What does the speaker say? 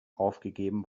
aufgegeben